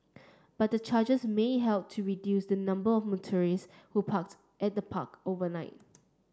but the charges may help to reduce the number of motorists who parked at the park overnight